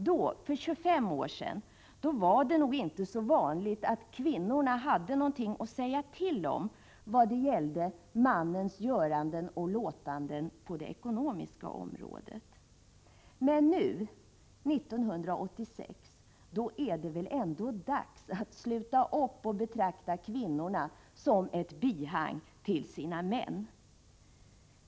Då, för 25 år sedan, var det nog inte så vanligt att kvinnan hade någonting att säga till om vad gällde mannens göranden och låtanden på det ekonomiska området. Men nu, år 1986, är det väl ändå dags att sluta upp med att betrakta kvinnorna som ett bihang till sina män.